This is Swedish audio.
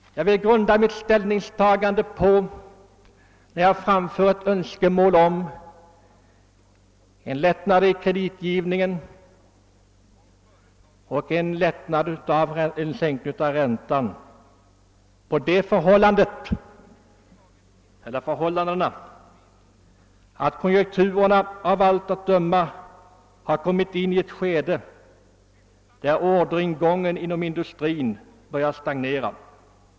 När jag framför önskemål om en lättnad i kreditgivningen och en sänkning av räntan, vill jag grunda mitt ställningstagande på det förhållandet att konjunkturerna av allt att döma har kommit in i ett skede, där orderingången inom industrin börjar stagnera.